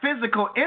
physical